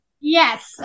Yes